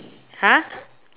!huh!